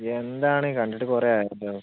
എന്താണ് കണ്ടിട്ട് കുറെ ആയല്ലോ